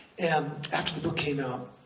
and after the book came out,